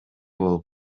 болуп